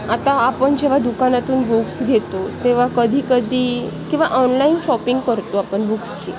आता आपण जेव्हा दुकानातून बुक्स घेतो तेव्हा कधी कधी किंवा ऑनलाईन शॉपिंग करतो आपण बुक्सची